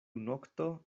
nokto